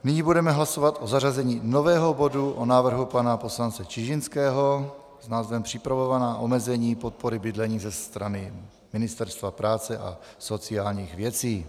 Nyní budeme hlasovat o zařazení nového bodu, o návrhu pana poslance Čižinského, s názvem Připravovaná omezení podpory bydlení ze strany Ministerstva práce a sociálních věcí.